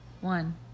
One